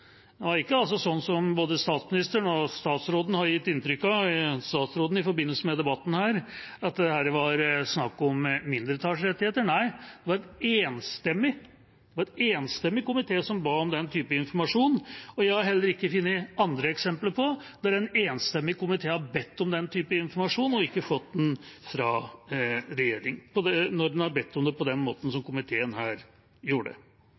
det. Det var ikke sånn som både statsministeren og statsråden har gitt inntrykk av – statsråden i forbindelse med denne debatten – at det her var snakk om mindretallsrettigheter. Nei, det var en enstemmig komité som ba om den typen informasjon. Jeg har heller ikke funnet andre eksempler på at en komité har bedt om den type informasjon og ikke fått den fra regjeringa – når en har bedt om den på den måten som komiteen her gjorde.